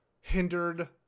hindered